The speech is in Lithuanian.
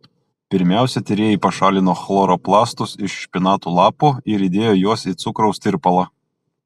pirmiausia tyrėjai pašalino chloroplastus iš špinatų lapų ir įdėjo juos į cukraus tirpalą